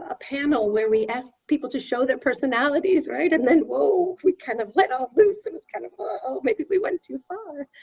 ah panel where we ask people to show their personalities, right? and then whoa, we kind of let all those things kind of, oh, maybe we went too far,